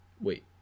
Wait